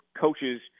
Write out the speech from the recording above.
coaches